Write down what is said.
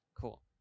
Cool